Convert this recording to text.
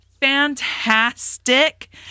fantastic